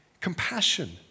compassion